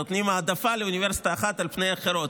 נותנים העדפה לאוניברסיטה אחת על פני אחרות.